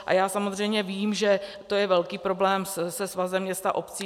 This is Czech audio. A já samozřejmě vím, že to je velký problém se Svazem měst a obcí.